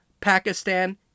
Pakistan